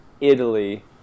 Italy